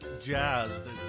jazzed